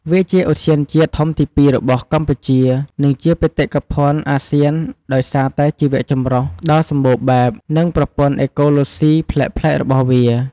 វាជាឧទ្យានជាតិធំទីពីររបស់កម្ពុជា និងជាបេតិកភណ្ឌអាស៊ានដោយសារតែជីវៈចម្រុះដ៏សម្បូរបែប និងប្រព័ន្ធអេកូឡូស៊ីប្លែកៗរបស់វា។